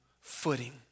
footing